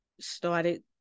started